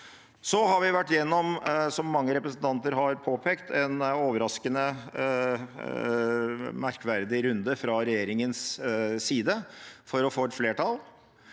påpekt, vært gjennom en overraskende merkverdig runde fra regjeringens side for å få et flertall.